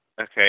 okay